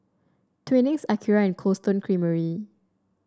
Twinings Akira and Cold Stone Creamery